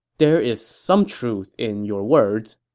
there is some truth in your words,